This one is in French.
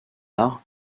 art